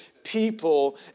people